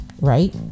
right